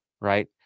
Right